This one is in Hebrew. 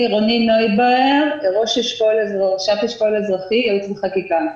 אני ראש אשכול אזרחי, ייעוץ וחקיקה.